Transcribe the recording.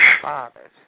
fathers